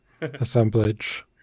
assemblage